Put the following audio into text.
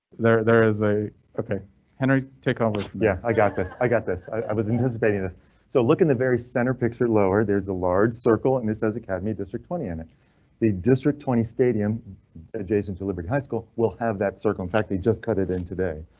there there is a ok henry take um over. yeah i got this i got this i was anticipating so look in the very center picture lower there's a large circle and it says academy district twenty in the district twenty stadium adjacent delivered high school will have that circle. in fact they just cut it in today.